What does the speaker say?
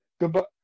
Goodbye